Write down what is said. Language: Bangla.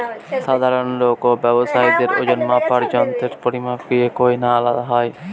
সাধারণ লোক ও ব্যাবসায়ীদের ওজনমাপার যন্ত্রের পরিমাপ কি একই না আলাদা হয়?